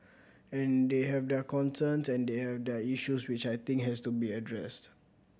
and they have their concerns and they have their issues which I think has to be addressed